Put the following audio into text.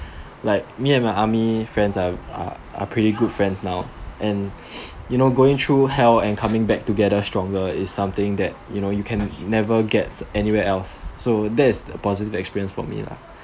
like me and my army friends are are pretty good friends now and you know going through hell and coming back together stronger is something that you know you can never get anywhere else so that is the positive experience for me lah